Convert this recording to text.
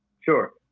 Sure